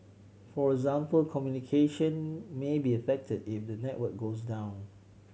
for example communication may be affected if the network goes down